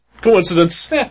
coincidence